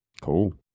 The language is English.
Cool